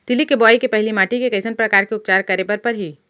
तिलि के बोआई के पहिली माटी के कइसन प्रकार के उपचार करे बर परही?